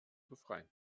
befreien